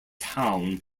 town